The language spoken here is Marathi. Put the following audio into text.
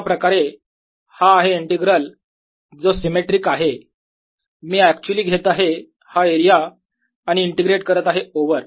अशाप्रकारे हा आहे इंटीग्रल जो सिमेट्रिक आहे मी ऍक्च्युली घेत आहे हा एरिया आणि इंटिग्रेट करत आहे याच्या ओवर